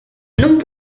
non